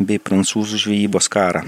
bei prancūzų žvejybos karą